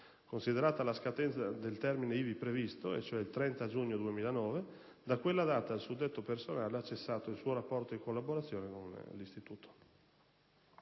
Considerata la scadenza del termine ivi previsto, e cioè il 30 giugno 2009, da quella data il suddetto personale ha cessato il suo rapporto di collaborazione con questo Istituto.